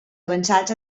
avançats